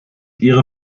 ihre